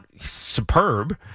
superb